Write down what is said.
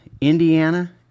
Indiana